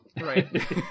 Right